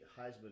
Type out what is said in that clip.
Heisman